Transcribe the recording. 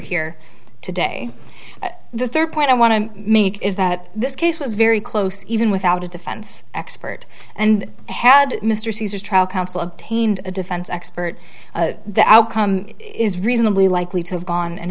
here today the third point i want to make is that this case was very close even without a defense expert and had mr caesar's trial counsel obtained a defense expert the outcome is is reasonably likely to have gone an